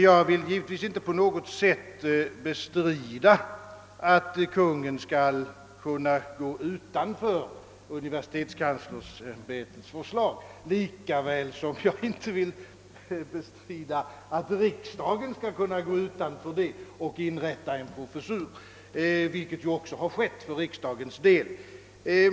Jag vill givetvis inte på något sätt bestrida, att Kungl. Maj:t kan gå utanför universitetskanslersämbetets förslag; lika litet som jag vill bestrida att riksdagen kan göra det och inrätta en professur, vilket ju också skett för riksdagens del.